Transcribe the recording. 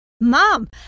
Mom